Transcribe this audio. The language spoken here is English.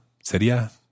sería